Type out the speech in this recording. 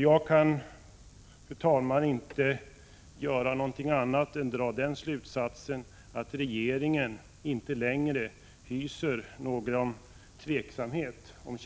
Jag kan, fru talman, inte göra annat än dra den slutsatsen att regeringen inte längre hyser någon tveksamhet om